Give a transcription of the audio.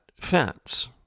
fence